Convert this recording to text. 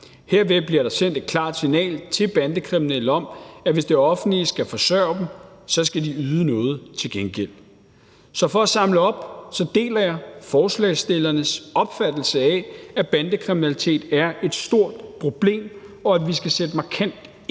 Herved bliver der sendt et klart signal til bandekriminelle om, at hvis det offentlige skal forsørge dem, skal de yde noget til gengæld. Så for at samle op: Jeg deler forslagsstillernes opfattelse af, at bandekriminalitet er et stort problem, og at vi skal sætte markant ind for